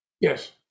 Yes